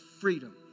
freedom